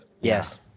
Yes